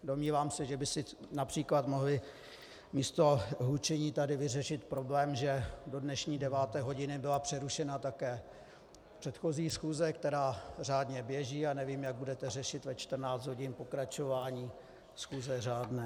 Domnívám se, že by si například mohli místo hlučení tady vyřešit problém, že do dnešní deváté hodiny byla přerušena také předchozí schůze, která řádně běží, a nevím, jak budete řešit ve 14 hodin pokračování schůze řádné.